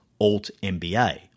Alt-MBA